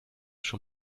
schon